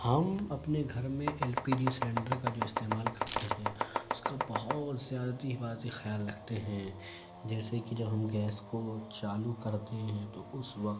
ہم اپنے گھر میں ایل پی جی سیلینڈر کا جو استعمال کرتے ہیں اس کا بہت زیادتی حفاظتی خیال رکھتے ہیں جیسے کہ جب ہم گیس کو چالو کرتے ہیں تو اس وقت